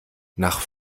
nach